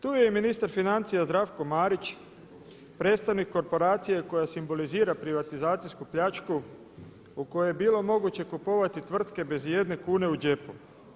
Tu je i ministar financija Zdravsko Marić predstavnik korporacije koja simbolizira privatizacijsku pljačku u kojoj je bilo moguće kupovati tvrtke bez ijedne kune u džepu.